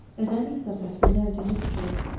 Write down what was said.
as any that have been known to his tory.